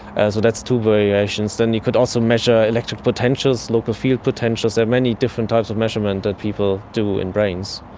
and so that's two variations. then you could also measure electric potentials, local field potentials, there are many different types of measurement that people do in brains.